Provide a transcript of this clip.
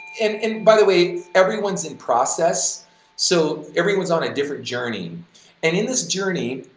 and and by the way, everyone's in process so everyone's on a different journey and in this journey